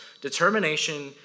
determination